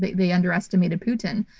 they they underestimated putin.